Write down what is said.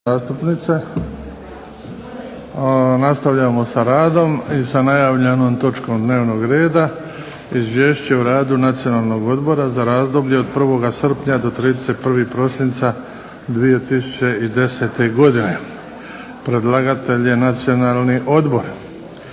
nastavljamo sa radom i sa najavljenom točkom dnevnog reda - Izvješće o radu Nacionalnog odbora za razdoblje od 1. srpnja do 31. prosinca 2010. godine. Predlagatelj je Nacionalni odbor.